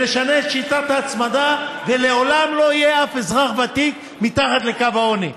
נשנה את שיטת ההצמדה ולעולם לא יהיה אף אזרח ותיק מתחת לקו העוני,